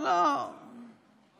לא שמעתי אותך.